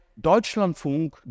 Deutschlandfunk